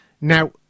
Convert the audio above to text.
Now